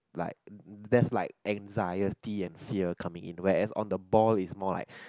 like there's like anxiety and fear coming in whereas on the ball it's more like